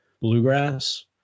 Bluegrass